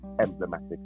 emblematic